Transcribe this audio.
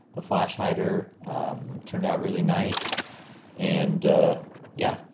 the flash hider turned out really nice and yeah,